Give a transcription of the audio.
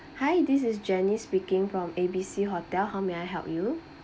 hi this is janice speaking from A B C hotel how may I help you